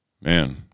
man